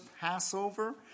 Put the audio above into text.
Passover